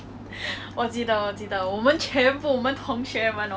然后 hor you know I was sitting at the back of the class right